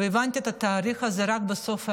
והבנתי את התאריך הזה רק בסוף היום.